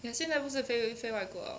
ya 现在不是飞飞外国了